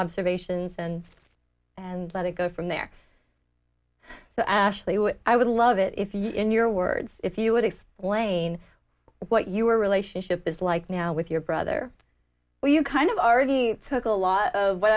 observations and and let it go from there so i actually would i would love it if you in your words if you would explain what you were relationship is like now with your brother where you kind of already took a lot of what